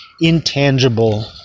intangible